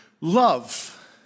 love